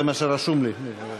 זה מה שרשום לי.